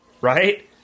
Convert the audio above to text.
Right